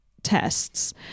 tests